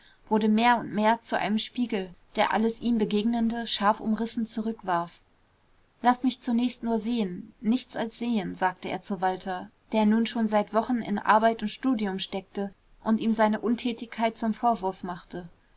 wurde mehr und mehr zu einem spiegel der alles ihm begegnende scharf umrissen zurückwarf laß mich zunächst nur sehen nichts als sehen sagte er zu walter der nun schon seit wochen in arbeit und studium steckte und ihm seine untätigkeit zum vorwurf machte